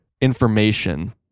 information